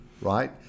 right